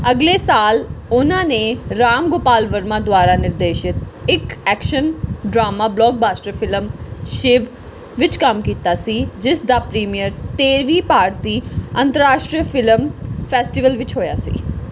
ਅਗਲੇ ਸਾਲ ਉਹਨਾਂ ਨੇ ਰਾਮ ਗੋਪਾਲ ਵਰਮਾ ਦੁਆਰਾ ਨਿਰਦੇਸ਼ਿਤ ਇੱਕ action drama blockbuster film Shiva ਵਿੱਚ ਕੰਮ ਕੀਤਾ ਜਿਸ ਦਾ ਪ੍ਰੀਮੀਅਰ ਤੇਰਵੀਂ ਭਾਰਤੀ ਅੰਤਰਰਾਸ਼ਟਰੀ ਫ਼ਿਲਮ ਫੈਸਟੀਵਲ ਵਿੱਚ ਹੋਇਆ ਸੀ